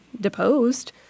deposed